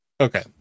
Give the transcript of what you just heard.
Okay